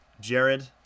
Jared